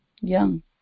young